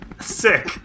Sick